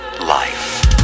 life